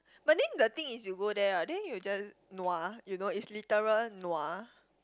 but then the thing is you go there hor then you just nua you know it's literal nua